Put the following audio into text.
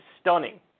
stunning